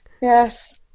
Yes